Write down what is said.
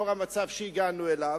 במצב שהגענו אליו,